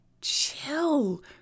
chill